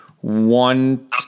one